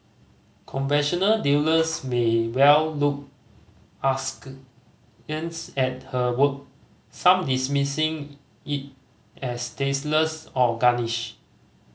conventional dealers may well look askance at her work some dismissing it as tasteless or garish